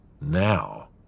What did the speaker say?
Now